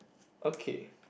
okay